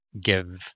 give